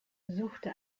suchte